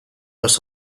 los